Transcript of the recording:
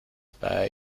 bei